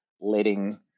letting